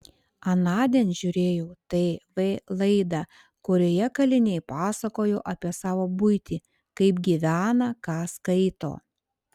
anądien žiūrėjau tv laidą kurioje kaliniai pasakojo apie savo buitį kaip gyvena ką skaito